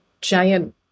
giant